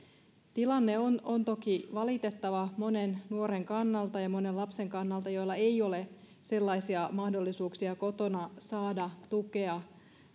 tilanne on on toki valitettava monen nuoren kannalta ja monen lapsen kannalta joilla ei ole sellaisia mahdollisuuksia kotona saada tukea